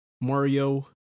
Mario